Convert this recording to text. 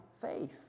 faith